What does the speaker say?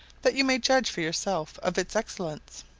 that you may judge for yourself of its excellence.